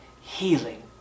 healing